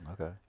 Okay